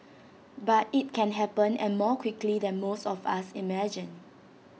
but IT can happen and more quickly than most of us imagine